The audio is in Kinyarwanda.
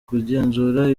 kugenzura